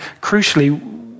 crucially